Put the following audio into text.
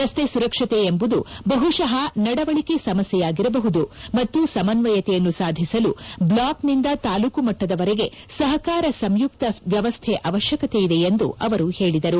ರಸ್ತೆ ಸುರಕ್ಷತೆ ಎಂಬುದು ಬಹುಶಃ ನಡವಳಿಕೆ ಸಮಸ್ಥೆಯಾಗಿರಬಹುದು ಮತ್ತು ಸಮನ್ವಯತೆಯನ್ನು ಸಾಧಿಸಲು ಬ್ಲಾಕ್ನಿಂದ ತಾಲೂಕುಮಟ್ಟದವರೆಗೆ ಸಹಕಾರ ಸಂಯುಕ್ತ ವ್ವವಸ್ಥೆ ಅವಕ್ಷಕತೆಯಿದೆ ಎಂದು ಅವರು ಹೇಳಿದರು